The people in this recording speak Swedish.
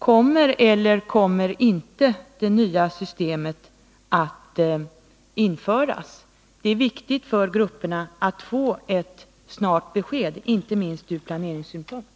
Kommer eller kommer inte det nya systemet att införas? Det är viktigt för grupperna att få ett snart besked, inte minst ur planeringssynpunkt.